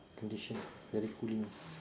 condition very cooling